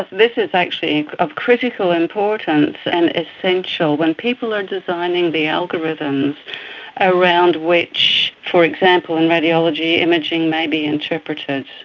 this is actually of critical importance and essential. when people are designing the algorithms around which, for example, in radiology imaging may be interpreted,